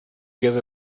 gave